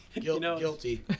Guilty